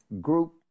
group